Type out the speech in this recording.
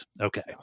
Okay